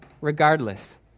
regardless